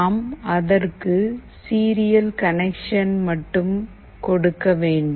நாம் அதற்கு serial connections மட்டும் கொடுக்க வேண்டும்